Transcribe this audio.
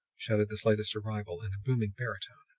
shouted this latest arrival in a booming baritone.